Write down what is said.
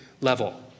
level